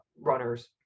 runners